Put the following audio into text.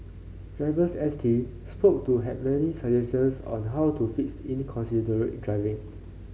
drivers S T spoke to had many suggestions on how to fix inconsiderate driving